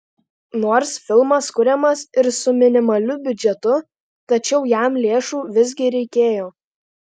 nors filmas kuriamas ir su minimaliu biudžetu tačiau jam lėšų visgi reikėjo